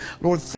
Lord